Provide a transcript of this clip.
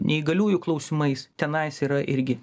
neįgaliųjų klausimais tenais yra irgi